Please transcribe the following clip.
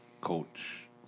coach